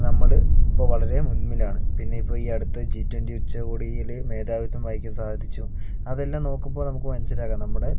നമ്മള് ഇപ്പോൾ വളരെ മുൻപിൽ ആണ് പിന്നെ ഇപ്പോൾ ഈ അടുത്ത് ജി ട്വന്റി ഉച്ചകോടിയിൽ മേധാവിത്വം വഹിക്കാൻ സാധിച്ചു അതെല്ലാം നോക്കുമ്പോൾ നമുക്ക് മനസിലാക്കാം നമ്മുടെ